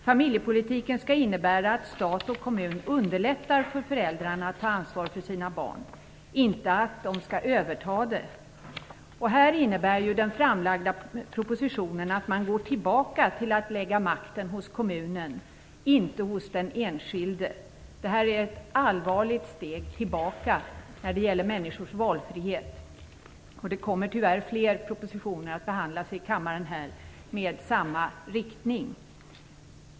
Familjepolitiken skall innebära att stat och kommun underlättar för föräldrarna att ta ansvar för sina barn, inte att stat och kommun skall överta det. Den framlagda propositionen innebär ju att man går tillbaka till att lägga makten hos kommunen, inte hos den enskilde. Detta är ett allvarligt steg tillbaka när det gäller människors valfrihet. Och det kommer tyvärr fler propositioner med samma inriktning som skall behandlas här i kammaren.